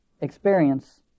experience